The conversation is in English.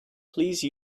please